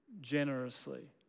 generously